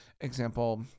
example